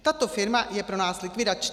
Tato cifra je pro nás likvidační.